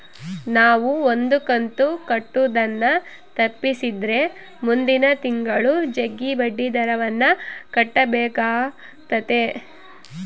ನಾವು ಒಂದು ಕಂತು ಕಟ್ಟುದನ್ನ ತಪ್ಪಿಸಿದ್ರೆ ಮುಂದಿನ ತಿಂಗಳು ಜಗ್ಗಿ ಬಡ್ಡಿದರವನ್ನ ಕಟ್ಟಬೇಕಾತತೆ